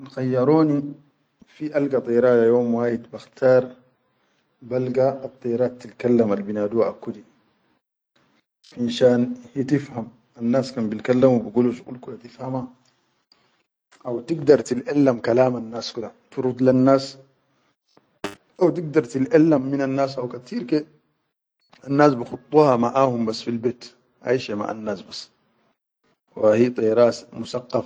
Kan khayyaroni fi alga dera fi yom wahid, bakhtar balga adderat al ti kalam al bi naduwa al aku di finshan hi tifham kan nas kan bil kallamo bigulu shuqul kula tifhama hau tigdar tiʼellam kalaman nas kula furuj lel nas wa tigdar tiʼellam minal nas kateer ke de annas bikhuduha maʼa hum bas filbet aishe maʼan nas bas wa hi dera mu sakka.